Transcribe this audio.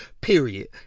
Period